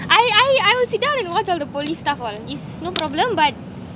I I I would sit down and watch all the police stuff while it's no problem but